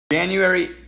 January